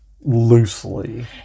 loosely